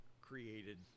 created